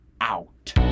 out